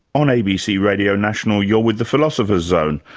on abc radio national, you're with the philosopher's zone,